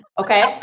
Okay